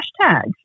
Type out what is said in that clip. hashtags